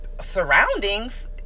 surroundings